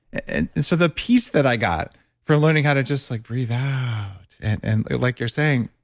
and and so the piece that i got for learning how to just like breathe out and like you're saying,